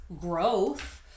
growth